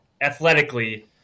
athletically